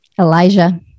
Elijah